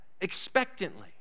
expectantly